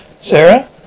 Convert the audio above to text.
Sarah